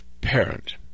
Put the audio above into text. parent